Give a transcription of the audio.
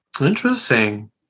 Interesting